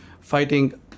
fighting